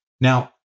Now